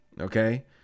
okay